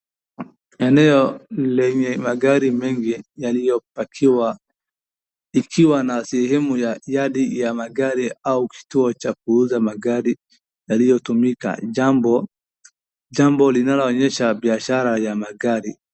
Eneo lenye magari mengi yaliyopakiwa ikiwa na sehemu ya yadi ya magari au kituo cha kuuza magari yaliyotumika jambo linaloonyesha biashara ya magari.